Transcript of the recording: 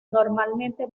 normalmente